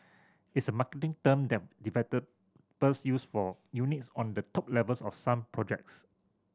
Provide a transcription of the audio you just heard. it's a marketing term that use for units on the top levels of some projects